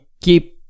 keep